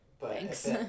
Thanks